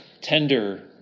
Tender